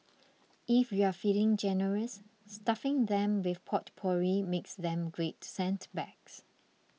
if you're feeling generous stuffing them with potpourri makes them great scent bags